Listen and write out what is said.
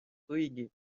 kõigi